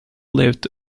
lived